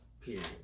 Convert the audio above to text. Period